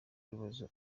urubozo